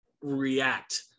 react